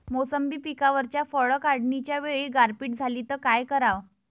मोसंबी पिकावरच्या फळं काढनीच्या वेळी गारपीट झाली त काय कराव?